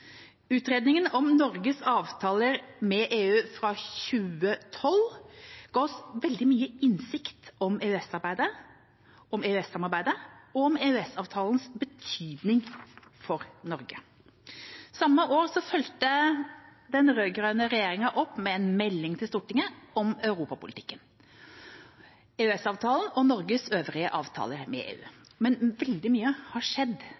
Utredningen om Norges avtaler med EU fra 2012 ga oss veldig mye innsikt i EØS-samarbeidet og om EØS-avtalens betydning for Norge. Samme år fulgte den rød-grønne regjeringa opp med en melding til Stortinget om europapolitikken, om EØS-avtalen og Norges øvrige avtaler med EU. Men veldig mye har skjedd